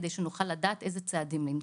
כדי שנוכל לדעת איזה צעדים לנקוט.